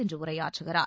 இன்று உரையாற்றுகிறார்